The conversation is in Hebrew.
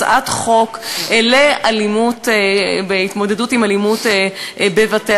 הצעת חוק להתמודדות עם אלימות בבתי-הספר,